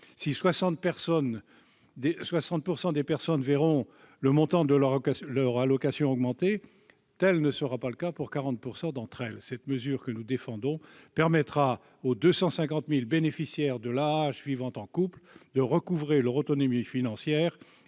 Si 60 % des personnes voient le montant de leur allocation augmenter, tel ne sera pas le cas pour 40 % d'entre elles. La mesure que nous défendons permettra aux 250 000 bénéficiaires de l'AAH qui vivent en couple de recouvrer leur autonomie financière